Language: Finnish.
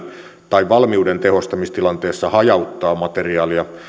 tai valmiuden tehostamistilanteessa hajauttaa materiaalia